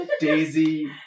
Daisy